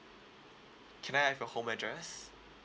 can I have your home address